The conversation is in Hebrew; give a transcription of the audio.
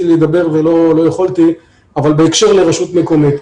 לדבר אבל לא יכולתי - בהקשר לרשות מקומית.